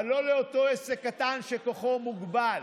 אבל לא לאותו עסק קטן שכוחו מוגבל.